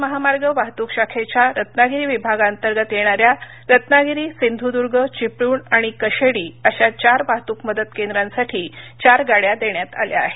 राज्य महामार्ग वाहतूक शाखेच्या रत्नागिरी विभागाअंतर्गत येणाऱ्या रत्नागिरी सिंधूदूर्ग चिपळूण आणि कशेडी अशा चार वाहतूक मदत केंद्रासाठी चार गाड्या देण्यात आल्या आहेत